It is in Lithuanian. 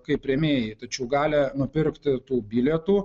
kaip rėmėjai tačiau gali nupirkti tų bilietų